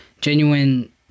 genuine